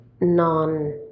non